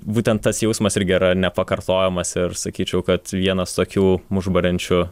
būtent tas jausmas irgi yra nepakartojamas ir sakyčiau kad vienas tokių užburiančių